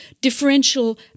Differential